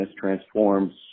transforms